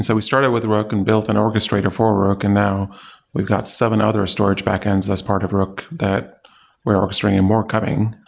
so we started with rook and built an orchestrator for rook. and now we've got seven other storage backends as part of rook that we're orchestrating and more coming.